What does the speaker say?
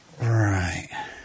Right